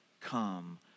come